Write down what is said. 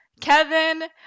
Kevin